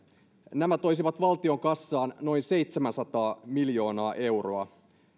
nämä toisivat valtion kassaan noin seitsemänsataa miljoonaa euroa